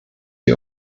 die